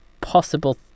possible